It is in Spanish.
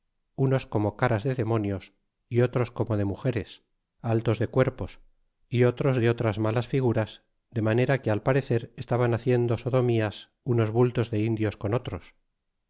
unos como caras de demonios y otros como de mugeres altos de cuerpos y otros de otras malas figuras de manera que al parecer estaban haciendo sodomías unos bultos de indios con otros